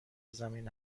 زمین